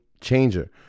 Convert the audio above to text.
changer